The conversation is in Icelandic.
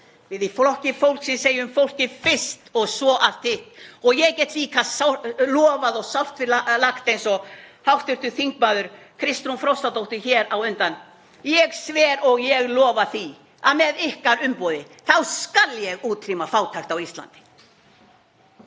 Við í Flokki fólksins segjum: Fólkið fyrst og svo allt hitt. Ég get líka svarið og sárt við lagt eins og hv. þm. Kristrún Frostadóttir hér á undan, ég sver og lofa því að með ykkar umboði þá skal ég útrýma fátækt á Íslandi.